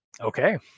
Okay